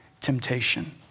temptation